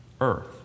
Earth